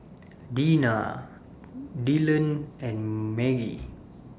Deana Dylon and Margie